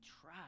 try